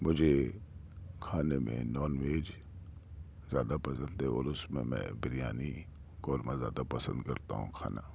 مجھے کھانے میں نان ویج زیادہ پسند ہے اور اس میں بریانی قورما زیادہ پسند کرنا ہوں کھانا